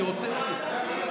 אני רוצה להגיד.